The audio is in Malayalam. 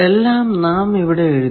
എല്ലാം നാം ഇവിടെ എഴുതി